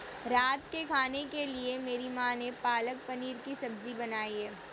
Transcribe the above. रात के खाने के लिए मेरी मां ने पालक पनीर की सब्जी बनाई है